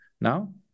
now